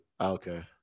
Okay